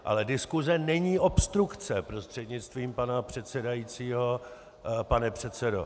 Ale diskuse není obstrukce, prostřednictvím pana předsedajícího pane předsedo.